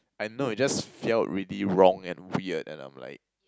I know it just felt really wrong and weird and I'm like